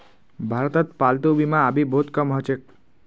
भारतत पालतू बीमा अभी बहुत कम ह छेक